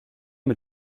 mit